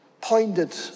pointed